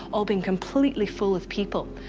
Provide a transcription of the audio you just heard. all being completely full of people.